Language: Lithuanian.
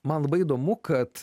man labai įdomu kad